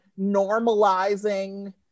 normalizing